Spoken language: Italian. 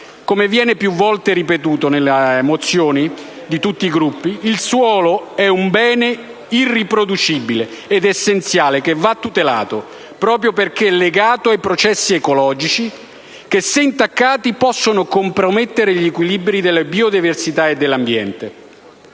Come viene più volte ripetuto nelle mozioni di tutti i Gruppi, il suolo è un bene irriproducibile ed essenziale che va tutelato, proprio perché legato ai processi ecologici che, se intaccati, possono compromettere gli equilibri della biodiversità e dell'ambiente.